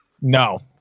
No